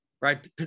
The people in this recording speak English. Right